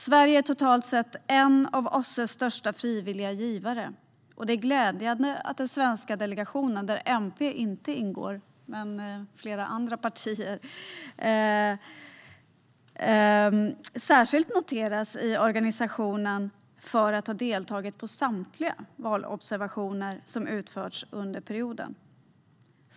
Sverige är totalt sett en av OSSE:s största frivilliga givare, och det är glädjande att den svenska delegationen, där MP inte ingår men flera andra partier gör det, särskilt har noterats i organisationen för att ha deltagit på samtliga valobservationer som har utförts under perioden.